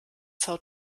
são